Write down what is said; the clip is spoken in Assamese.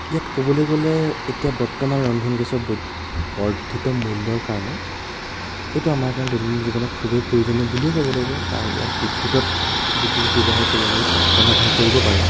ইয়াত ক'বলৈ গ'লে এতিয়া বৰ্তমান ৰন্ধন গেছৰ বৰ্ধিত মূল্যৰ কাৰণে এইটো আমাৰ কাৰণে দৈনন্দিন জীৱনত খুবেই প্ৰয়োজনীয় বুলিয়ে ক'ব লাগিব কাৰণ ইয়াত বিদ্যুতত বিদ্যুৎ ব্যৱহাৰ কৰি আমি ৰন্ধা বঢ়া কৰিব পাৰোঁ